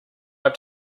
have